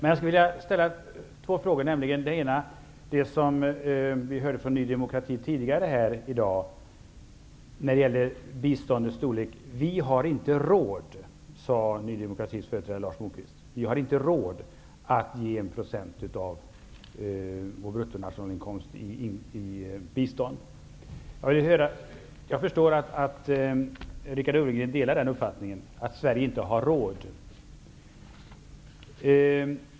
När det gäller biståndets storlek sade Ny demokratis företrädare Lars Moquist: Vi har inte råd att ge 1 % av vår bruttonationalinkomst i bistånd. Jag förstår att Richard Ulfvengren delar den uppfattningen att Sverige inte har råd.